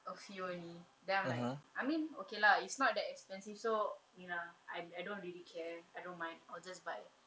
a few only then I'm like I mean okay lah it's not that expensive so ni lah I I don't really care I don't mind I'll just buy it